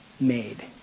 made